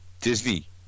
Disney